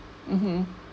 mmhmm